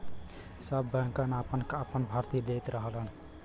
सब बैंकन आपन आपन भर्ती लेत रहलन